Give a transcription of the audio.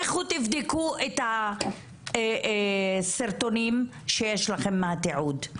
לכו תבדקו את הסרטונים שיש לכם מהתיעוד,